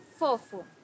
Fofo